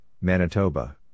Manitoba